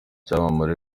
cyamamare